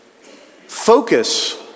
focus